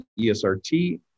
ESRT